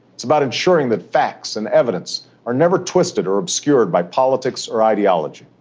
it's about ensuring that facts and evidence are never twisted or obscured by politics or ideology.